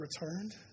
returned